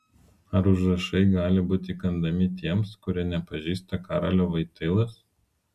ar užrašai gali būti įkandami tiems kurie nepažįsta karolio voitylos